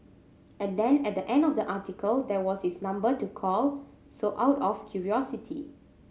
and then at the end of the article there was his number to call so out of curiosity